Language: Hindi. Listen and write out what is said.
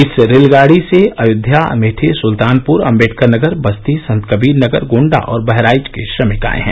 इस रेलगाड़ी से अयोध्या अमेठी सुल्तानपूर अंबेडकरनगर बस्ती संतकबीरनगर गोष्डा और बहराइच के श्रमिक आए हैं